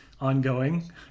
Ongoing